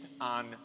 on